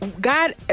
God